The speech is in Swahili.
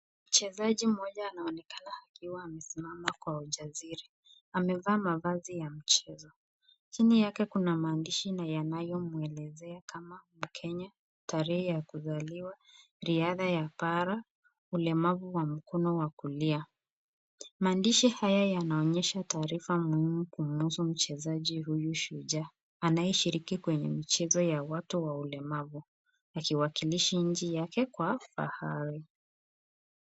Mchezaji mmoja anaoenakana akiwa amesimama kwa ujasiri. Amevaa mavazi ya mchezo. Chini yake kuna maandishi na yanayomwelezea kama mkenya, tarehe ya kuzaliwa, riadha ya para ulemavu wa mkono wa kulia. Maandishi haya yanaonyesha taarifa muhimu kumhusu mchezaji huyu shujaa anayeshiriki kwenye mchezo ya watu wa ulemavu akiwakilishi nchi yake kwa fahari.